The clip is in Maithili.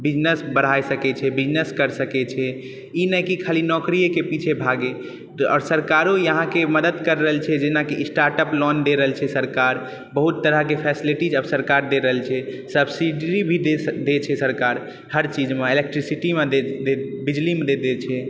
बिजनेस बढ़ाय सकैत छै बिजनेस करि सकैत छै ई नहि कि खाली नोकरिएके पीछे भागी आओर सरकारो यहाँके मदद करि रहल छै जेनाकि स्टार्टअप लोन दे रहल छै सरकार बहुत तरहके फेस्लिटी अब सरकार दे रहल छै सबसिडी भी दे छै सरकार हर चीजमे इलेक्ट्रीसिटी बिजलीमे भी दैत छै